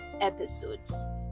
episodes